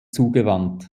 zugewandt